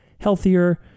healthier